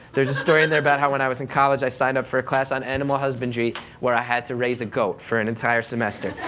there's a story in there how when i was in college, i signed up for a class on animal husbandry where i had to raise a goat for an entire semester.